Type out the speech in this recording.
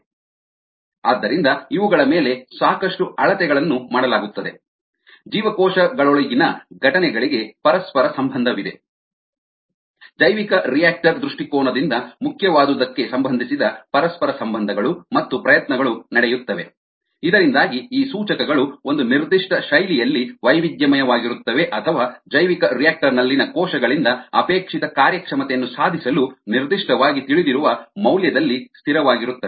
ADPPi↔ATP ATPATPADP or ATPADP ಆದ್ದರಿಂದ ಇವುಗಳ ಮೇಲೆ ಸಾಕಷ್ಟು ಅಳತೆಗಳನ್ನು ಮಾಡಲಾಗುತ್ತದೆ ಜೀವಕೋಶಗಳೊಳಗಿನ ಘಟನೆಗಳಿಗೆ ಪರಸ್ಪರ ಸಂಬಂಧವಿದೆ ಜೈವಿಕರಿಯಾಕ್ಟರ್ ದೃಷ್ಟಿಕೋನದಿಂದ ಮುಖ್ಯವಾದುದಕ್ಕೆ ಸಂಬಂಧಿಸಿದ ಪರಸ್ಪರ ಸಂಬಂಧಗಳು ಮತ್ತು ಪ್ರಯತ್ನಗಳು ನಡೆಯುತ್ತವೆ ಇದರಿಂದಾಗಿ ಈ ಸೂಚಕಗಳು ಒಂದು ನಿರ್ದಿಷ್ಟ ಶೈಲಿಯಲ್ಲಿ ವೈವಿಧ್ಯಮಯವಾಗಿರುತ್ತವೆ ಅಥವಾ ಜೈವಿಕರಿಯಾಕ್ಟರ್ ನಲ್ಲಿನ ಕೋಶಗಳಿಂದ ಅಪೇಕ್ಷಿತ ಕಾರ್ಯಕ್ಷಮತೆಯನ್ನು ಸಾಧಿಸಲು ನಿರ್ದಿಷ್ಟವಾಗಿ ತಿಳಿದಿರುವ ಮೌಲ್ಯದಲ್ಲಿ ಸ್ಥಿರವಾಗಿರುತ್ತವೆ